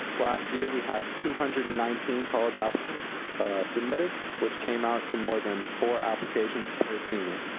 last year we had two hundred and nineteen college applicants submitted which came out to more than four applications per senior.